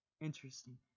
interesting